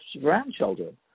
grandchildren